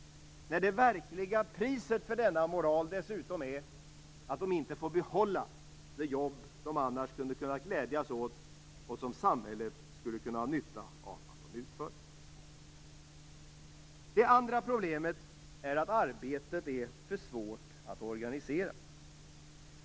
Det verkliga priset för denna moral är dessutom att de inte får behålla det jobb som de annars skulle ha kunnat glädjas åt och som samhället skulle ha haft nytta av att de utfört. Det andra problemet är att arbetet är för svårt att organisera.